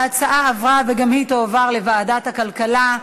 ההצעה עברה, וגם היא תועבר לוועדת הכלכלה.